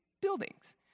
buildings